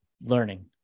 learning